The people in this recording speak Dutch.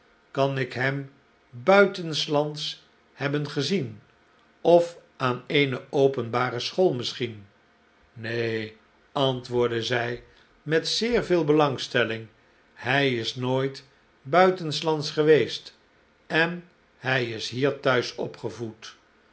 kan ik hem buitenslands hebben gezien of aan eene openbare school misschien neen antwoordde zij met zeer veel belangstelling hij is nooit buitenslands geweest en hij is hier thuis opgevoed